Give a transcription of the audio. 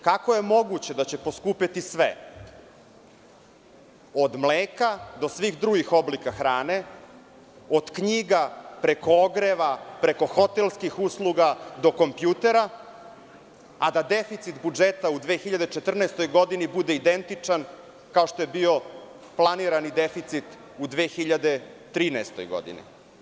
Kako je moguće da će poskupeti sve, od mleka do svih drugih oblika hrane, od knjiga preko ogreva, preko hotelskih usluga do kompjutera, a da deficit budžeta u 2014. godini bude identičan kao što je bio planirani deficit u 2013. godini?